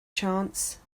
chance